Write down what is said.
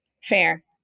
Fair